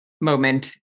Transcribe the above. moment